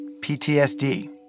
PTSD